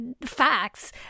facts